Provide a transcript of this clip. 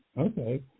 Okay